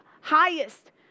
highest